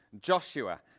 Joshua